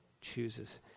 chooses